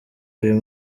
uyu